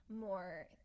more